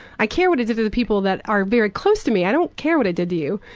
i care what it did to the people that are very close to me, i don't care what it did to you.